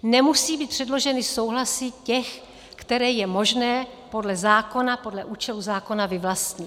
Nemusí být předloženy souhlasy těch, které je možné podle zákona, podle účelu zákona vyvlastnit.